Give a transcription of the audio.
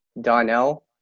Donnell